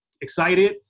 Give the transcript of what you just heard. excited